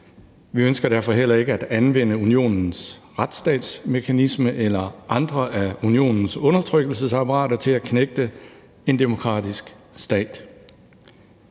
Vi ønsker derfor heller ikke at anvende Unionens retsstatsmekanisme eller andre af Unionens undertrykkelsesapparater til at knægte en demokratisk stat.